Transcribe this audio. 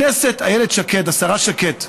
איילת שקד, השרה שקד,